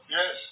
Yes